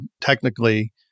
technically